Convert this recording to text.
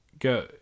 go